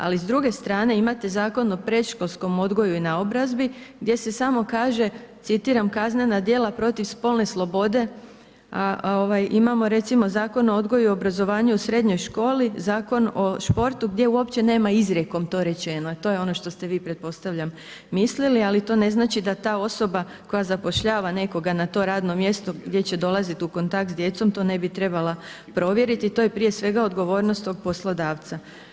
Ali s druge strane imate Zakon o predškolskom odgoju i naobrazbi gdje se samo kaže, citiram: „Kaznena djela protiv spolne slobode.“ a imamo recimo Zakon o odgoju i obrazovanju u srednjoj školi, Zakon o športu gdje uopće nema izrijekom to rečeno, to je ono što ste vi pretpostavljam mislili, ali to ne znači da ta osoba koja zapošljava nekoga na to radno mjesto gdje će dolaziti u kontakt s djecom to ne bi trebala provjeriti, to je prije svega odgovornost tog poslodavca.